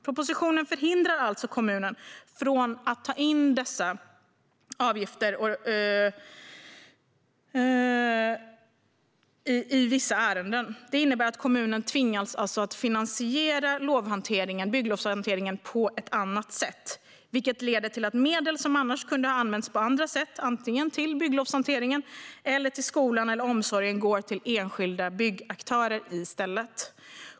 Propositionen förhindrar alltså kommunerna från att ta in dessa avgifter i vissa ärenden. Det innebär att kommunerna tvingas finansiera bygglovshanteringen på andra sätt, vilket leder till att medel som annars kunde ha använts antingen till bygglovshantering eller till skola och omsorg i stället går till enskilda byggaktörer.